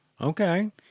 Okay